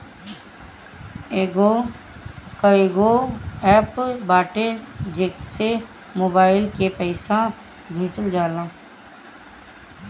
कईगो एप्प बाटे जेसे मोबाईल से पईसा भेजल जाला